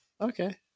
Okay